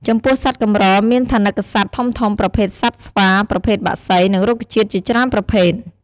ចំពោះសត្វកម្រមានថនិកសត្វធំៗ ប្រភេទសត្វស្វា ប្រភេទបក្សី និងរុក្ខជាតិជាច្រើនប្រភេទ។